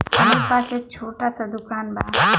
हमरे पास एक छोट स दुकान बा